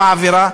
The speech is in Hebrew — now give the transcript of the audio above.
העבירה?